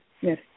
Yes